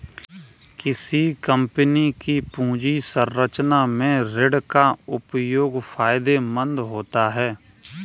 किसी कंपनी की पूंजी संरचना में ऋण का उपयोग फायदेमंद होता है